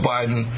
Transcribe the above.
Biden